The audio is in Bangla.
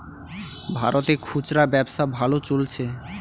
ভারতে খুচরা ব্যবসা ভালো চলছে